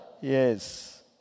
Yes